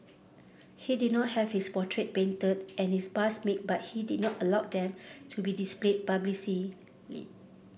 he did not have his portrait painted and his bust made but he did not allow them to be displayed publicly